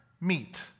meet